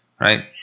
right